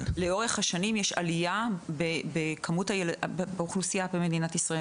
לאורך השנים יש גידול באוכלוסיית מדינת ישראל,